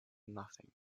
nothing